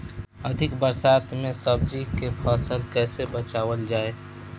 अधिक बरसात में सब्जी के फसल कैसे बचावल जाय?